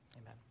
amen